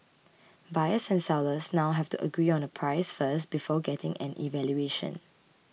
buyers and sellers now have to agree on a price first before getting an evaluation